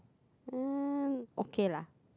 uh okay lah